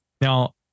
Now